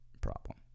problem